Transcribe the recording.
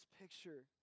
picture